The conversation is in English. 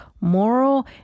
moral